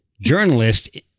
journalist